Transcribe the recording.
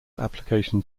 application